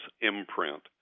imprint